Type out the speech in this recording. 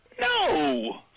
No